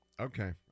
Okay